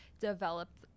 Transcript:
developed